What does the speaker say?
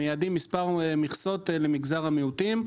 אנחנו מייעדים מספר מכסות למגזר המיעוטים.